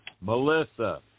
Melissa